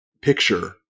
picture